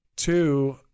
Two